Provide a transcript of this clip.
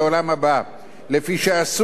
לפי שאסור ליהנות בדברי תורה,